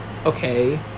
okay